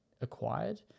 acquired